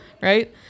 Right